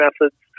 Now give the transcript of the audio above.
methods